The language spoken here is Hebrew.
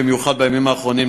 במיוחד בימים האחרונים,